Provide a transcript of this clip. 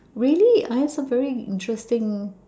really I have some very interesting